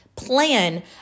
plan